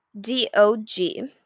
D-O-G